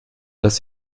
dass